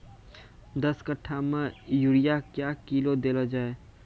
दस कट्ठा मे यूरिया क्या किलो देलो जाय?